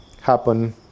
happen